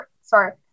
sorry